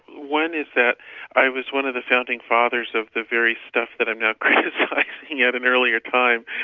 one is that i was one of the founding fathers of the very stuff that i'm now criticising yeah at an earlier time.